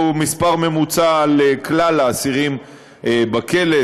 מספר ממוצע לכלל האסירים בכלא,